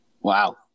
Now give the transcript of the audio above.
Wow